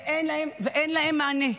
ואין להן מענה,